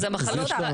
אז המחלות,